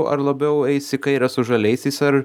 ar labiau eis į kairę yra su žaliaisiais ar